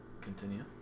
Continue